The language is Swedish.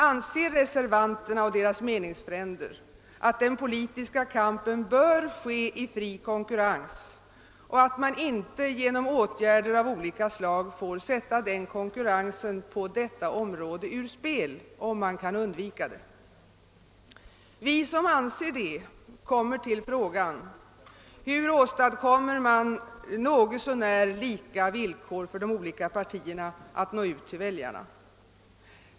Anser reservanterna och deras meningsfränder att den politiska kampen bör föras i fri konkurrens och att man inte genom åtgärder av olika slag får sätta den konkurrensen ur spel om man kan undvika det? Vi som anser detta frågar oss: Hur åstadkommer man något så när likartade villkor för de olika partierna att nå ut till väljarna?